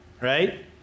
right